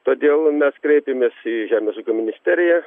todėl mes kreipėmės į žemės ūkio ministeriją